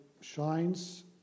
shines